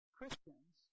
Christians